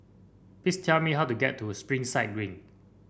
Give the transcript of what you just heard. please tell me how to get to Springside Green